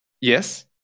Yes